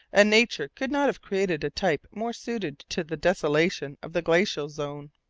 and nature could not have created a type more suited to the desolation of the glacial zone.